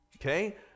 Okay